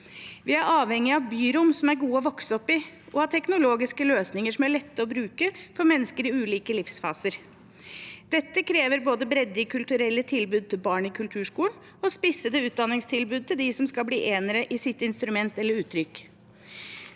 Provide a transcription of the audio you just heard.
Vi er avhengig av byrom som er gode å vokse opp i og av teknologiske løsninger som er lette å bruke for mennesker i ulike livsfaser. Dette krever både bredde i kulturelle tilbud til barn i kulturskolen og spissede utdanningstilbud til dem som skal bli enere i sitt instrument eller uttrykk.